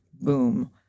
boom